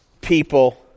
people